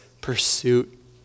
pursuit